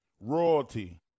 royalty